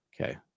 Okay